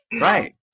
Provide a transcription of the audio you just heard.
Right